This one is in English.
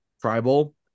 tribal